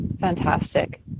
fantastic